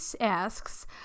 asks